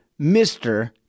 Mr